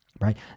right